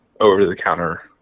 over-the-counter